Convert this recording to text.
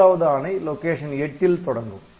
மூன்றாவது ஆணை லொகேஷன் 8 ல் தொடங்கும்